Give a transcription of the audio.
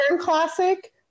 classic